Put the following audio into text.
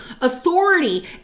authority